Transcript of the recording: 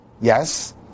Yes